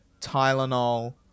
tylenol